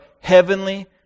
heavenly